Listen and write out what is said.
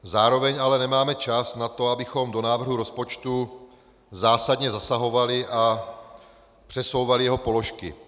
Zároveň ale nemáme čas na to, abychom do návrhu rozpočtu zásadně zasahovali a přesouvali jeho položky.